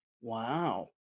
Wow